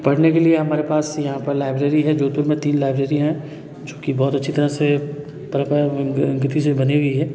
पढ़ने के लिए हमारे पास यहाँ पर लाइब्रेरी है जोधपुर में तीन लाइब्रेरी हैं जो कि बहुत अच्छी तरह से से बनी हुई है